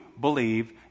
believe